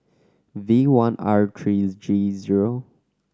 V one R three G zero